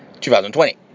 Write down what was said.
2020